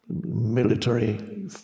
military